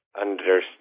understand